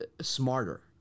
smarter